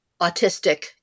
autistic